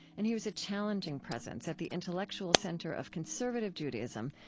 and he was a challenging presence at the intellectual center of conservative judaism,